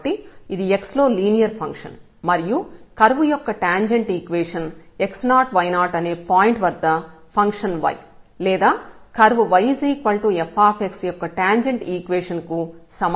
కాబట్టి ఇది x లో లీనియర్ ఫంక్షన్ మరియు కర్వ్ యొక్క టాంజెంట్ ఈక్వేషన్ x0 y0 అనే పాయింట్ వద్ద ఫంక్షన్ y లేదా కర్వ్ yfx యొక్క టాంజెంట్ ఈక్వేషన్ కు సమానం అవుతుంది